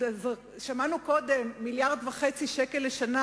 שמענו קודם, מיליארד וחצי שקל לשנה